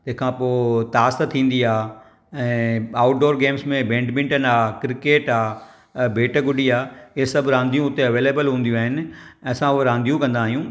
तंहिंखां पोइ ताश थींदी आहे ऐं आउटडोर गेम्स में बैंडमिंटन आहे क्रिकेट आहे बैट गुडी आहे ऐ सभु रांदियूं हुते अवेलेबल हूंदियूं आहिनि असां हो रांदियूं कंदा आहियूं